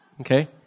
okay